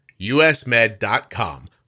USmed.com